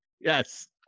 Yes